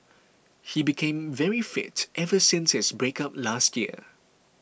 he became very fit ever since his breakup last year